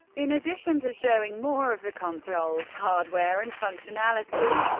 in addition to showing more of the console's hardware and functionality,